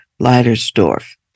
Leidersdorf